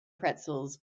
pretzels